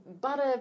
butter